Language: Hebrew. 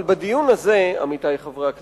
אבל בדיון הזה, עמיתי חברי הכנסת,